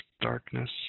darkness